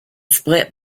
split